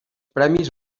premis